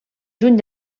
juny